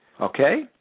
okay